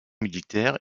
militaires